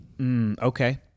okay